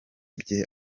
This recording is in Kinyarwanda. bye